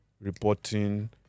reporting